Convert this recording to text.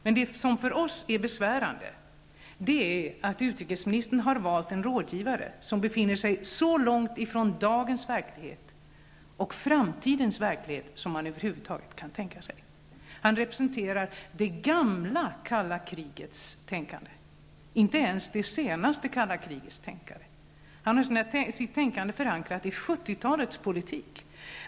Men det som för oss är besvärande är att utrikesministern har valt en rådgivare, som befinner sig så långt från dagens och framtidens verklighet som man över huvud taget kan tänka sig. Han representerar det gamla kalla krigets tänkande -- inte ens det senaste kalla krigets tänkande. Han har sitt tänkande förankrat i 1970-talets politik.